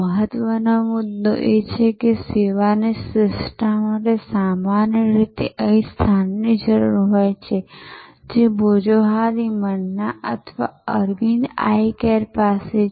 મહત્વનો મુદ્દો એ છે કે સેવાની શ્રેષ્ઠતા માટે સામાન્ય રીતે અહીં સ્થાનની જરૂર હોય છે જે ભોજોહોરી મન્ના અથવા અરવિંદ આઈ કેર પાસે છે